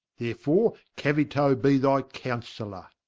therefore caueto bee thy counsailor.